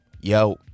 yo